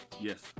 Yes